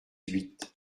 huit